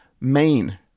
main